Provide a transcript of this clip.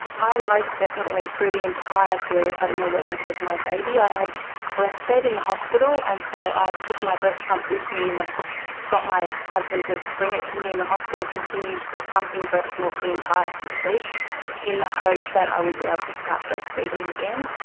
i most definitely through the entire period had an awareness of my baby. i had breastfed in the hospital and so i took my breast pump with me, got my husband to bring it to me in the hospital, continued pumping breastmilk the entire six weeks in the hope that i would be able to start breastfeeding again.